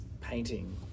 painting